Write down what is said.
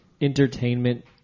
entertainment